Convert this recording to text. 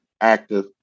active